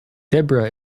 debra